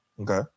Okay